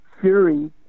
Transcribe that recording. Fury